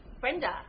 Brenda